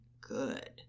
good